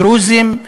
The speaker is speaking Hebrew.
דרוזים.